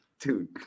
dude